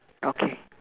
okay